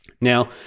Now